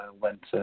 went